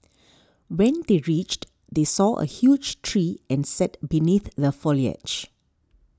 when they reached they saw a huge tree and sat beneath the foliage